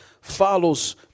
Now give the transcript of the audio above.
follows